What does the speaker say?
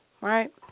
right